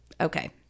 Okay